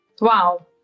Wow